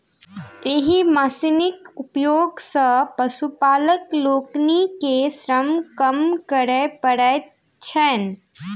एहि मशीनक उपयोग सॅ पशुपालक लोकनि के श्रम कम करय पड़ैत छैन